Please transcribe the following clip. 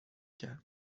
کرد